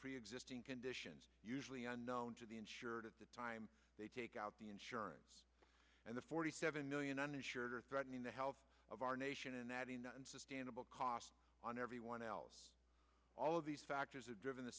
preexisting conditions usually unknown to the insured at the time they take out the insurance and the forty seven million uninsured are threatening the health of our nation and that enough unsustainable costs on everyone else all of these factors are driven the